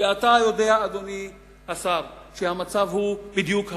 ואתה יודע, אדוני השר, שהמצב הוא בדיוק הפוך.